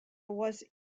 was